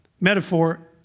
metaphor